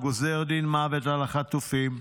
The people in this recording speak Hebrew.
הוא גוזר דין מוות על החטופים.